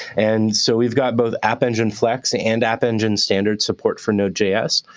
and so we've got both app engine flex and and app engine standard support for node js.